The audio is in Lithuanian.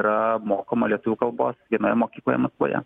yra mokoma lietuvių kalbos vienoje mokykloje maskvoje